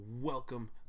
welcome